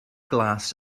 glas